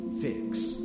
fix